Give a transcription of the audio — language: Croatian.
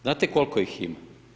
Znate koliko ih ima?